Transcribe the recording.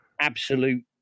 absolute